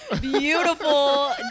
beautiful